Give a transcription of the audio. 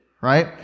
right